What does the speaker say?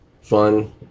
fun